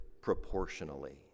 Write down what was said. proportionally